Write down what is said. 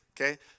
Okay